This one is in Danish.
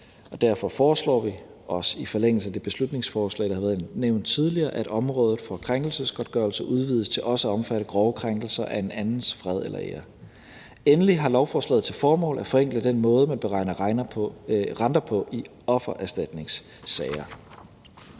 Derfor foreslår vi også i forlængelse af det beslutningsforslag, der har været nævnt tidligere, at området for krænkelsesgodtgørelse udvides til også at omfatte grove krænkelser af en andens fred eller ære. Endelig har lovforslaget til formål at forenkle den måde, man beregner renter på i offererstatningssager.